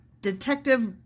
detective